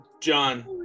John